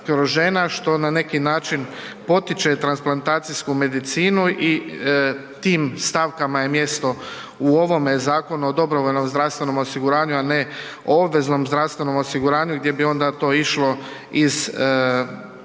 što na neki način potiče transplantacijsku medicinu i tim stavkama je mjesto u ovome Zakonu o DZO-u, a ne o obveznom zdravstvenom osiguranju gdje bi to onda išlo iz naknada